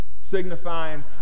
signifying